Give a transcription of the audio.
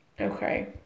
Okay